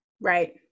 Right